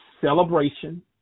celebration